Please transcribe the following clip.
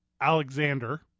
Alexander